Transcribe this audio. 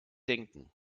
denken